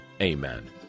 Amen